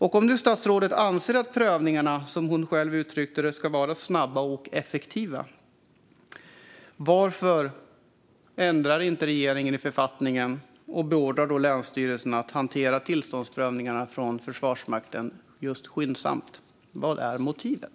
Om statsrådet nu anser att prövningarna ska vara snabba och effektiva, så som hon själv uttryckte det, undrar jag varför regeringen inte ändrar i författningen och beordrar länsstyrelserna att hantera tillståndsprövningarna från Försvarsmakten skyndsamt. Vad är motivet?